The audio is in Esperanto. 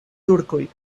turkoj